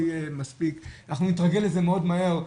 אנחנו נתרגל לזה מאוד מהר,